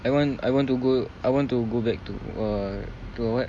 I want I want to go I want to go back to err go what